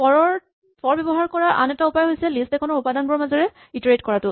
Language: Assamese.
ফৰ ব্যৱহাৰ কৰা আনটো উপায় হৈছে লিষ্ট এখনৰ উপাদানবোৰৰ মাজেৰে ইটাৰেট কৰাটো